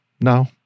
No